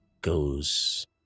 goes